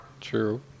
True